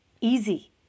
easy